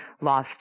lost